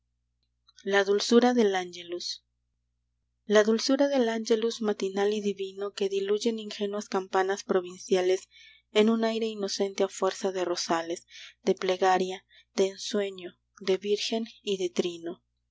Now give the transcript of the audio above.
la dulzura del ángelus la dulzura del ángelus matinal y divino que diluyen ingenuas campanas provinciales en un aire inocente a fuerza de rosales de plegaria de ensueño de virgen y de trino